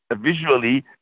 visually